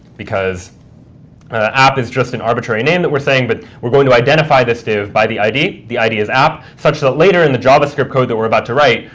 because app is just an arbitrary name that we're saying, but we're going to identify this div by the id. the id is app, such that later in the javascript code that we're about to write,